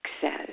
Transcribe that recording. says